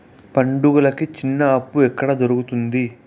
పండుగలకి చిన్న అప్పు ఎక్కడ దొరుకుతుంది